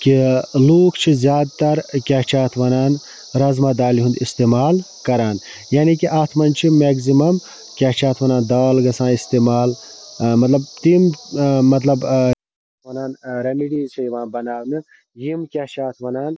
کہِ لوٗکھ چھِ زیادٕ تَر کیاہ چھِ اتھ وَنان رَزمہَ دالہِ ہُنٛد اِستعمال کَران یعنے کہِ اتھ مَنٛز چھُ میگزِمَم کیاہ چھِ اتھ وَنان دال گَژھان اِستعمال مَطلَب تِم مَطلَب وَنان ریٚمِڈیٖز چھِ یِوان بَناونہٕ یِم کیاہ چھِ اتھ ونان